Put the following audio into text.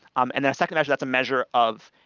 um and the second measure, that's a measure of,